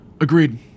agreed